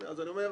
אז אני אומר,